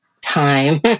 time